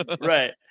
right